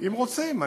אם רוצים.